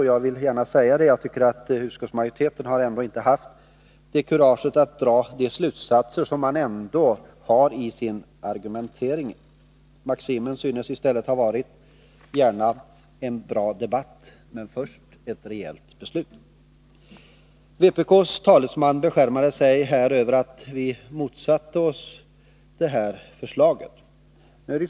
Jag tycker att utskottsmajoriteten inte har haft kurage att dra slutsatserna av sin argumentering. Maximen synes i stället ha varit: Gärna en bra debatt, men först ett rejält beslut. Vpk:s talesman beskärmade sig över att vi motsatte oss förslaget.